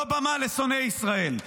לא במה לשונאי ישראל.